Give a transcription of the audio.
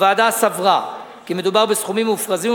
הוועדה סברה כי מדובר בסכומים מופרזים,